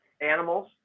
animals